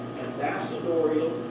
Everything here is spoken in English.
ambassadorial